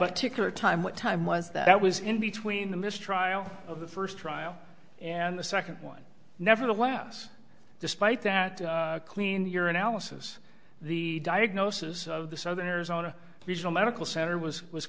particular time what time was that was in between the mistrial of the first trial and the second one nevertheless despite that clean your analysis the diagnosis of the southern arizona regional medical center was was